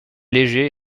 léger